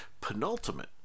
penultimate